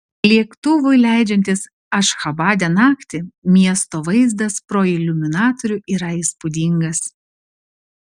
lėktuvui leidžiantis ašchabade naktį miesto vaizdas pro iliuminatorių yra įspūdingas